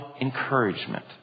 encouragement